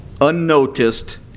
unnoticed